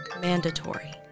mandatory